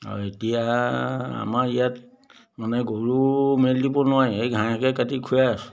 আৰু এতিয়া আমাৰ ইয়াত মানে গৰু মেলি দিব নোৱাৰি এই ঘাঁহকে কাটি খুৱাই আছোঁ